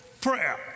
prayer